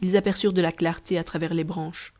ils aperçurent de la clarté à travers les branches